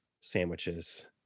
sandwiches